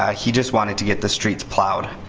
ah he just wanted to get the streets plowed,